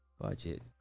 budget